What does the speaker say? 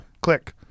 Click